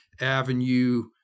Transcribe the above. avenue